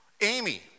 Amy